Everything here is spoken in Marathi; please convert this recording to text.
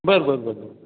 बरं बरं बरं बरं